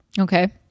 okay